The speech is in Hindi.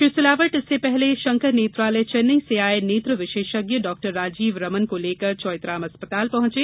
श्री सिलावट इससे पहले शंकर नेत्रालय चेन्नई से आये नेत्र विशेषज्ञ डाक्टर राजीव रमन को लेकर चौइथराम अस्पताल पहुंचे